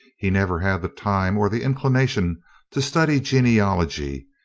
he never had the time or the inclination to study genealogy,